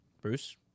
Bruce